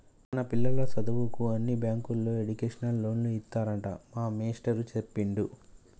మన పిల్లల సదువుకు అన్ని బ్యాంకుల్లో ఎడ్యుకేషన్ లోన్లు ఇత్తారట మా మేస్టారు సెప్పిండు